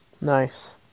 nice